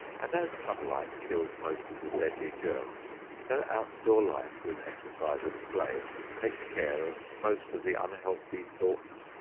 and as sunlight kills most of the deadly germs, so outdoor life with exercise and play takes care of most of the unhealthy thoughts,